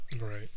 Right